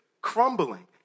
crumbling